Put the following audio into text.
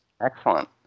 Excellent